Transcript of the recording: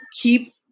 keep